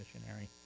missionary